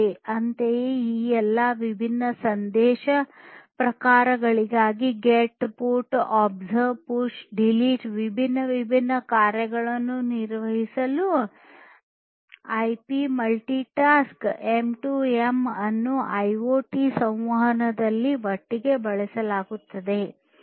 ಅಂತೆಯೇ ಈ ಎಲ್ಲಾ ವಿಭಿನ್ನ ಸಂದೇಶ ಪ್ರಕಾರಗಳಾದ ಗೆಟ್ ಪುಟ್ ಒಬ್ಸರ್ವ್ ಪುಶ್ ಮತ್ತು ಡಿಲೀಟ್ ವಿಭಿನ್ನ ವಿಭಿನ್ನ ಕಾರ್ಯಗಳನ್ನು ನಿರ್ವಹಿಸಲು ಐಪಿ ಮಲ್ಟಿಕಾಸ್ಟ್ ಎಂ 2 ಎಂ ಅನ್ನು ಐಒಟಿ ಸಂವಹನದಲ್ಲಿ ಒಟ್ಟಿಗೆ ಬಳಸಲಾಗುತ್ತದೆ